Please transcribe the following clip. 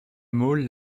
mole